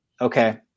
Okay